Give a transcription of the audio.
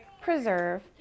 preserve